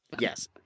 Yes